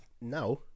now